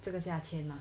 这个价钱 mah